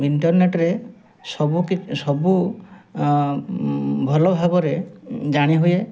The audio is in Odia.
ଇଣ୍ଟରନେଟ୍ରେ ସବୁ ସବୁ ଭଲ ଭାବରେ ଜାଣିହୁଏ